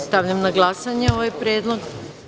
Stavljam na glasanje ovaj predlog.